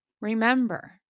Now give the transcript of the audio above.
remember